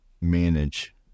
manage